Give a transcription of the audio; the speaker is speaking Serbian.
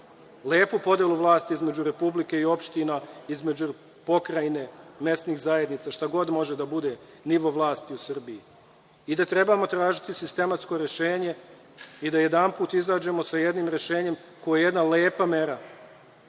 lepu podelu vlasti između Republike i opština, između pokrajine, mesnih zajednica, šta god može da bude nivo vlasti u Srbiji i da trebamo tražiti sistematsko rešenje i da jedanput izađemo sa jednim rešenjem koje je jedna lepa mera